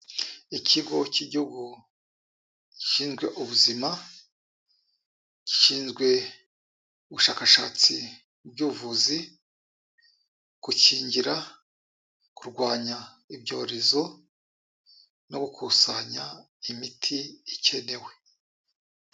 Ikigo cy'Igihugu gishinzwe ubuzima, gishinzwe ubushakashatsi by ubuvuzi, gukingira, kurwanya ibyorezo no gukusanya imiti ikenewe.